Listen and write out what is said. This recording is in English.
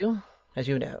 as you know,